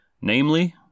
namely